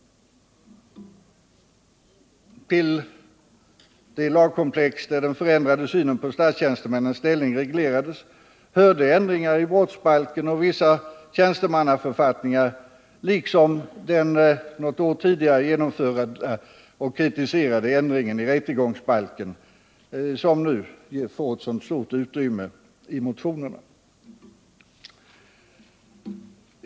Till det lagkomplex där den förändrade synen på statstjänstemännens ställning reglerades hörde ändringar i brottsbalken och vissa tjänstemannaförfattningar liksom den ett år tidigare genomförda och kritiserade ändringen i rättegångsbalken som nu får ett så stort utrymme i motionerna.